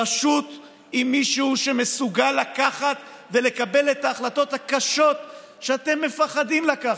פשוט עם מישהו שמסוגל לקבל את ההחלטות הקשות שאתם מפחדים לקבל,